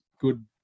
good